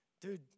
Dude